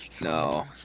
No